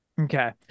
Okay